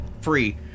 free